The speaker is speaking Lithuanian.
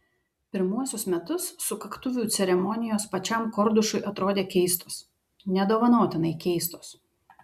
pirmuosius metus sukaktuvių ceremonijos pačiam kordušui atrodė keistos nedovanotinai keistos